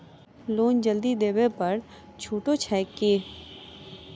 Loan जल्दी देबै पर छुटो छैक की?